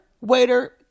waiter